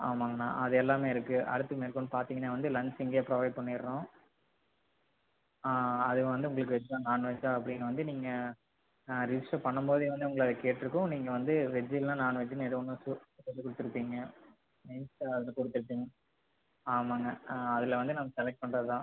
ஆமாங்கணா அது எல்லாமே இருக்கு அடுத்து மேற்கொண்டு பார்த்திங்கனா வந்து லன்ச்சு இங்கே ப்ரோவைட் பண்ணிர்றோம் ஆ அது வந்து உங்களுக்கு வெஜ்ஜா நான் வெஜ்ஜா அப்படின்னு வந்து நீங்கள் ரிஜிஸ்ட்ர் பண்ணும் போதே வந்து உங்களை கேட்யிருக்கும் நீங்கள் வந்து வெஜ்ஜு இல்லைனா நான் வெஜ்ஜுன்னு எதோ ஒன்று சொல்லிக்கொடுத்துருப்பீங்க கொடுத்துருப்பீங்க ஆமாம்ங்க அதில் வந்து நம்ப செலக்ட் பண்ணுறது தான்